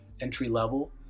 entry-level